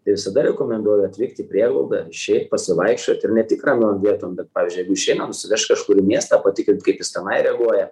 tai visada rekomenduoju atvykt į prieglaudą išeit pasivaikščiot ir ne tik ramiom vietom bet pavyzdžiui jeigu išeina nusivežt kažkur į miestą patikrint kaip jis tenai reaguoja